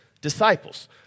disciples